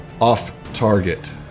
off-target